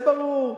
זה ברור.